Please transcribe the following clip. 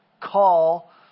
call